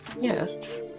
Yes